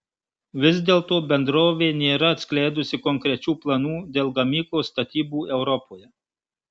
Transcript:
vis dėlto bendrovė nėra atskleidusi konkrečių planų dėl gamyklos statybų europoje